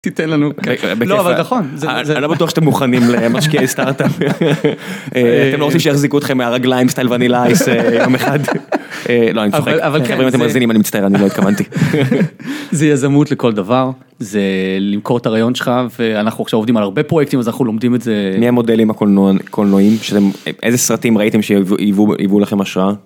תתן לנו, לא אבל נכון, אני לא בטוח שאתם מוכנים למשקיעי סטארטאפ אתם לא רוצים שיחזיקו אתכם מהרגליים סטייל וניל אייס יום אחד. לא אני צוחק, חברים אנחנו מגזימים, אני מצטער אני לא התכוונתי, זה יזמות לכל דבר זה למכור את הרעיון שלך ואנחנו עכשיו עובדים על הרבה פרויקטים אז אנחנו לומדים את זה מי המודלים הקולנועים שאתם איזה סרטים ראיתם שיבואו לכם השראה.